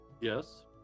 Yes